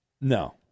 No